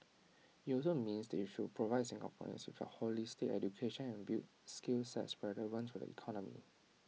IT also means they should provide Singaporeans with A holistic education and build skill sets relevant to the economy